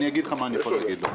אגיד לך מה אני יכול להגיד לו.